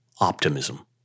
optimism